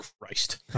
Christ